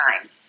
time